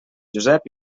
josep